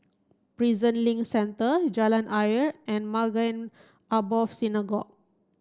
Prison Link Centre Jalan Ayer and Maghain Aboth Synagogue